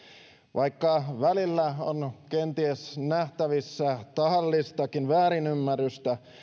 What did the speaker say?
vaikka välillä on kenties nähtävissä tahallistakin väärinymmärrystä